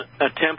attempt